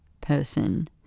person